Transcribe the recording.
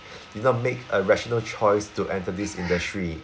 did not make a rational choice to enter this industry